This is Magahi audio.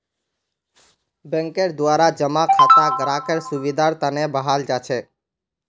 बैंकेर द्वारा जमा खाता ग्राहकेर सुविधार तने बनाल जाछेक